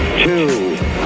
two